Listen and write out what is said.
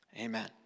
Amen